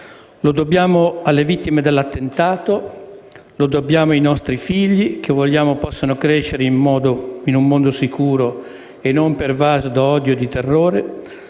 Lo dobbiamo alle vittime dell'attentato. Lo dobbiamo ai nostri figli, che vogliamo possano crescere in un mondo sicuro e non pervaso di odio e terrore.